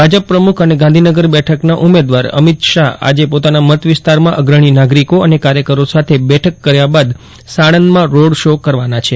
ભાજપ પ્રમુખ અને ગાંધીનગર બેઠકના ઉમેદવાર અમિત શાહ આજે પોતાના મતવિસ્તારમાં અગ્રણી નાગરિકો અને કાર્યકરો સાથે બેઠક કર્યા બાદ સાણંદમાં રોડ શો કરવાના છે